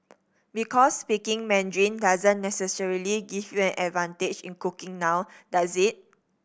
because speaking Mandarin doesn't necessarily give you an advantage in cooking now does it